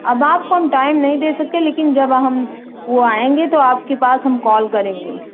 अब आपको हम टाइम नहीं दे सकते लेकिन जब हम वह आएँगे तो आपके पास हम कॉल करेंगे